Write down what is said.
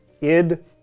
Id